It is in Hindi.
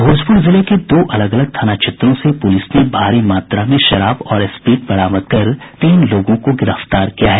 भोजपुर जिले के दो अलग अलग थाना क्षेत्रों से पुलिस ने भारी मात्रा में शराब और स्प्रिट बरामद कर तीन लोगों को गिरफ्तार किया है